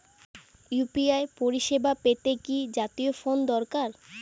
UPI পরিসেবা পেতে কি জাতীয় ফোন দরকার?